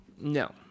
No